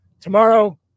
Tomorrow